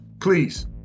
please